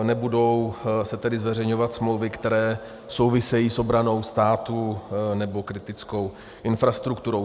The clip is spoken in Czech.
Nebudou se tedy zveřejňovat smlouvy, které souvisejí s obranou státu nebo kritickou infrastrukturou.